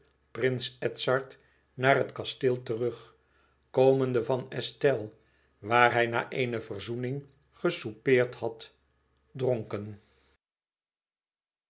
prins edzard naar het kasteel terug komende van estelle waar hij na eene verzoening gesoupeerd had dronken